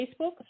Facebook